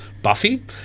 Buffy